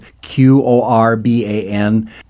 Q-O-R-B-A-N